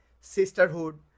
sisterhood